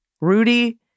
Rudy